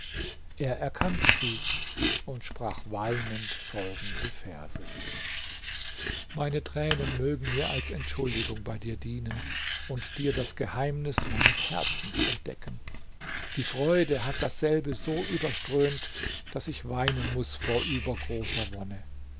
er erkannte sie und sprach weinend folgende verse meine tränen mögen mir als entschuldigung bei dir dienen und dir das geheimnis meines herzens entdecken die freude hat dasselbe so überströmt daß ich weinen muß vor übergroßer wonne